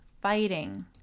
fighting